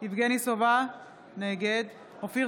יבגני סובה, נגד אופיר